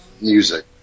music